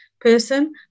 person